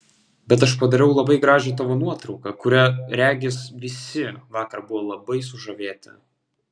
bet aš padariau labai gražią tavo nuotrauką kuria regis visi vakar buvo labai sužavėti